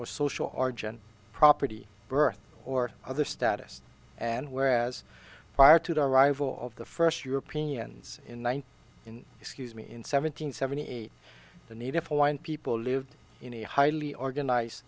or social arjen property birth or other status and whereas prior to the arrival of the first your opinions in one in excuse me in seven hundred seventy eight the native hawaiian people lived in a highly organized